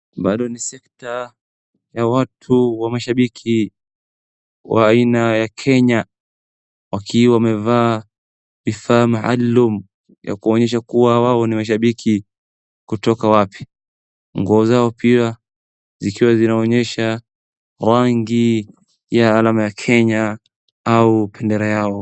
Bado ni sekta ya watu wa mashambiki wa aina ya Kenya wakiwa wamevaa vifaa maalum ya kuonyesha kuwa wao ni mashambiki kutoka wapi. Nguo zao pia zikiwa zinaonyesha rangi ya alama ya Kenya au bendera yao.